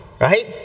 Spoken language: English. right